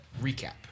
recap